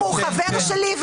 הוא חבר שלי,